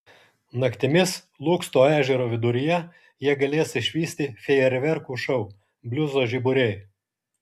naktimis lūksto ežero viduryje jie galės išvysti fejerverkų šou bliuzo žiburiai